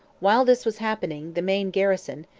while this was happening, the main garrison,